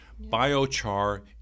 Biochar